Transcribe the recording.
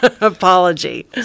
apology